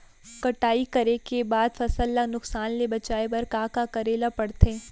कटाई करे के बाद फसल ल नुकसान ले बचाये बर का का करे ल पड़थे?